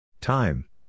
Time